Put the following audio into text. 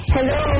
Hello